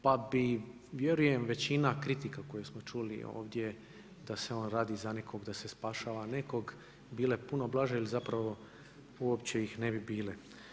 Pa bi, vjerujem većina kritika koje smo čuli ovdje da se on radi za nekog, da se spašava nekog, bile puno blaže ili zapravo uopće ih ne bi bile.